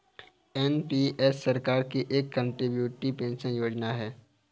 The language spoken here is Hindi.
एन.पी.एस सरकार की एक कंट्रीब्यूटरी पेंशन योजना है